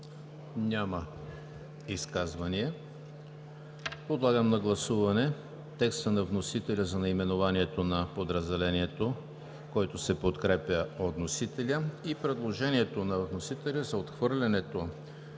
Няма. Подлагам на гласуване текста на вносителя за наименованието на подразделението, който се подкрепя от вносителя, и предложението на вносителя за отхвърлянето